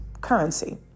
currency